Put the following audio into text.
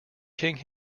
king